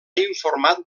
informat